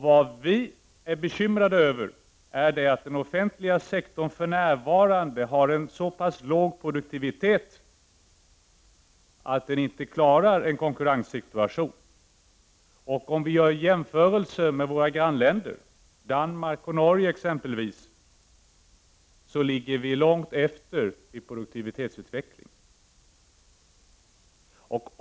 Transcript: Vad vi är bekymrade över är att den offentliga sektorn för närvarande har en så låg produktivitet att den inte klarar en konkurrenssituation. Jämfört med våra grannländer, exempelvis Danmark och Norge, ligger vi långt efter i produktivitetsutveckling.